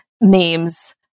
names